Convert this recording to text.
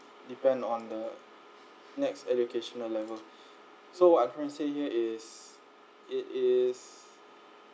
depend on the next educational level so I say here is it is